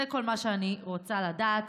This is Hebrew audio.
זה כל מה שאני רוצה לדעת.